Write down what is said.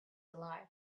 alive